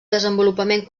desenvolupament